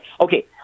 Okay